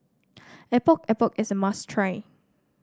Epok Epok is a must try